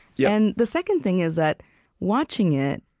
yeah and the second thing is that watching it,